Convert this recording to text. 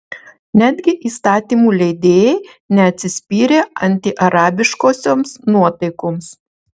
netgi įstatymų leidėjai neatsispyrė antiarabiškosioms nuotaikoms